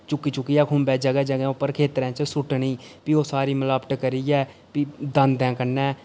चुक्की चुक्कियै खुम्बै जगह जगह उप्पर खेतरें च सुट्ट्नी फ्ही ओह् सारी मिलावट करियै फ्ही दांदैं कन्नै